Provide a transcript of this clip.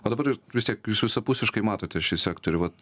o dabar vis tiek jūs visapusiškai matote šį sektorių vat